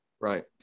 Right